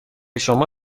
شما